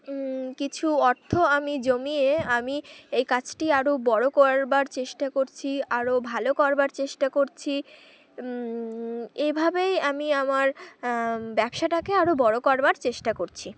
কিছু অর্থ আমি জমিয়ে আমি এই কাজটি আরও বড়ো করবার চেষ্টা করছি আরও ভালো করবার চেষ্টা করছি এইভাবেই আমি আমার ব্যবসাটাকে আরও বড়ো করবার চেষ্টা করছি